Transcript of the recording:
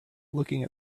looking